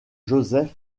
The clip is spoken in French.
joseph